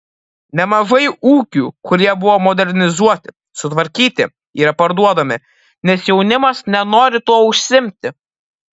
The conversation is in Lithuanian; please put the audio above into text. nemažai ūkių kurie buvo modernizuoti sutvarkyti yra parduodami nes jaunimas nenori tuo užsiimti